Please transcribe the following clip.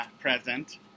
present